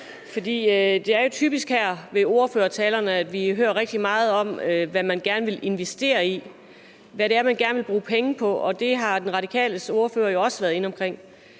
Det er jo typisk, at vi her i ordførertalerne hører rigtig meget om, hvad man gerne vil investere i, hvad det er, man gerne vil bruge penge på, og det har De Radikales ordfører jo også været inde omkring.